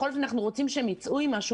כי אנחנו בכל זאת רוצה שהם יצאו עם משהו.